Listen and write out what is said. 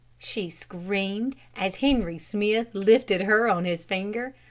she screamed, as henry smith lifted her on his finger.